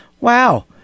Wow